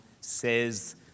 says